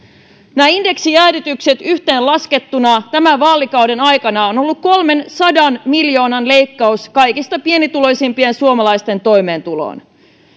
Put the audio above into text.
indeksijäädytykset yhteenlaskettuna tämän vaalikauden aikana ovat olleet kolmensadan miljoonan leikkaus kaikista pienituloisimpien suomalaisten toimeentuloon